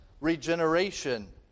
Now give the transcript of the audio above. regeneration